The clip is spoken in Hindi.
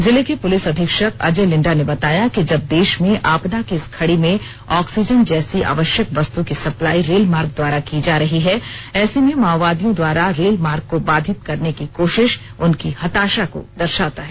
जिले के पुलिस अधीक्षक अजय लिंडा ने बताया कि जब देश में आपदा की इस घड़ी में ऑक्सीजन जैसी आवश्यक वस्तु की सप्लाई रेलमार्ग द्वारा की जा रही है ऐसे में माओवादियों द्वारा रेल मार्ग को बाधित करने की कोशिश उनकी हताशा को दर्शाता है